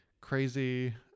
crazy